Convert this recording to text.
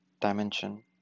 dimension